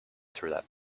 through